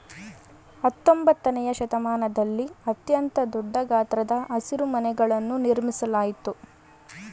ಹತ್ತೊಂಬತ್ತನೆಯ ಶತಮಾನದಲ್ಲಿ ಅತ್ಯಂತ ದೊಡ್ಡ ಗಾತ್ರದ ಹಸಿರುಮನೆಗಳನ್ನು ನಿರ್ಮಿಸಲಾಯ್ತು